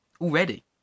Already